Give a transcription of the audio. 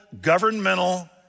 governmental